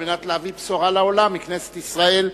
כדי להביא בשורה לעולם מכנסת ישראל.